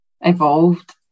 evolved